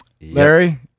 Larry